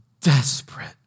desperate